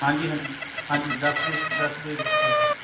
ਹਾਂਜੀ ਹਾਂਜੀ ਹਾਂਜੀ ਦਸ ਦਿਓ ਜੀ ਦਸ ਦਿਓ ਜੀ ਦੱਸ ਦਿਓ